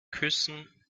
küssen